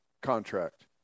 contract